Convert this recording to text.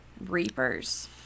reapers